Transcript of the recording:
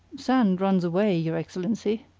sand runs away, your excellency.